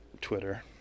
twitter